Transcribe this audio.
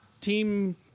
team